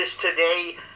today